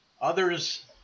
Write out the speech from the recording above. Others